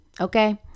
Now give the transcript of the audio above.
okay